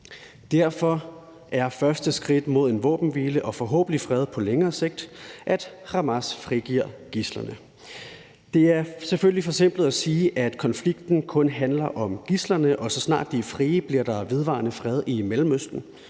Derfor er det første skridt mod en våbenhvile og forhåbentlig fred på længere sigt, at Hamas frigiver gidslerne. Det er selvfølgelig forsimplet at sige, at konflikten kun handler om gidslerne, og at der, så snart de er frie, bliver vedvarende fred i Mellemøsten.